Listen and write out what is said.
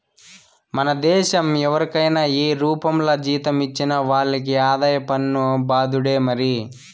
మన దేశం ఎవరికైనా ఏ రూపంల జీతం ఇచ్చినా వాళ్లకి ఆదాయ పన్ను బాదుడే మరి